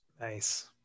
Nice